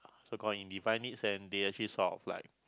divine needs and they actually sort of like